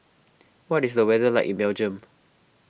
what is the weather like in Belgium